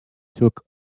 took